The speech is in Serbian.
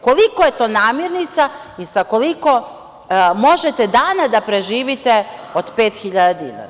Koliko je to namirnica i sa koliko možete dana da preživite od 5.000 dinara?